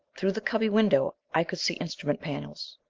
through the cubby window i could see instrument panels.